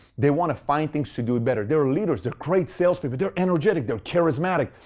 they want to find things to do better. they're leaders. they're great sales people. they're energetic. they're charismatic.